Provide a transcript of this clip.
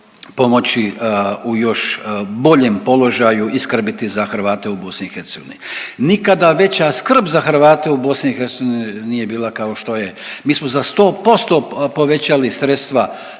pomoći u još boljem položaju i skrbiti za Hrvate u BiH. Nikada veća skrb za Hrvate u BiH nije bila, kao što je mi smo za 100% povećali sredstva